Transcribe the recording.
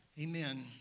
Amen